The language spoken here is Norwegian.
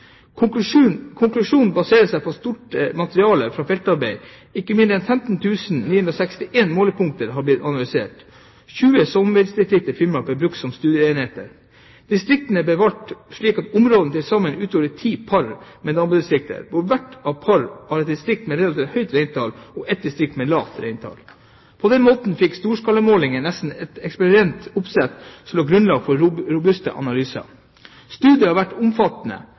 . Konklusjonene baserer seg på et stort materiale fra feltarbeid. Ikke mindre enn 15 961 målepunkter har blitt analysert. Tjue sommerbeitedistrikter i Finnmark ble brukt som studieenheter. Distriktene ble valgt slik at områdene til sammen utgjorde 10 par med nabodistrikter, hvor hvert par har et distrikt med relativt høyt reintall og et distrikt med lavt reintall. På denne måten fikk storskalamålingene nesten et eksperimentelt oppsett som la grunnlag for robuste analyser. – Studiet har vært omfattende,